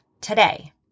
today